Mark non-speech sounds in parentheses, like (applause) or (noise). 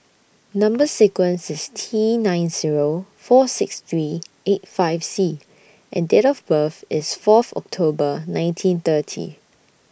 Number sequence IS T nine Zero four six three (noise) eight five C and Date of birth IS Fourth October nineteen thirty